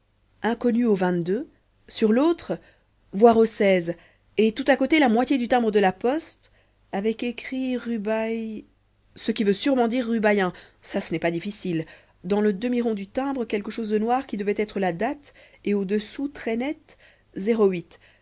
inconnu au sur l'autre voir au et tout à côté la moitié du timbre de la poste avec écrit rue bay ce qui veut sûrement dire rue bayen ça ce n'est pas difficile dans le demi rond du timbre quelque chose de noir qui devait être la date et au-dessous très net